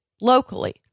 locally